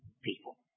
people